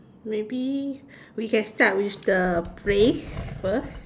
maybe we can start with the place first